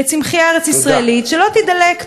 לצמחייה ארץ-ישראלית שלא תידלק.